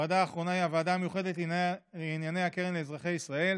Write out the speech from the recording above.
הוועדה האחרונה היא הוועדה המיוחדת לעניין הקרן לאזרחי ישראל.